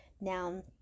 now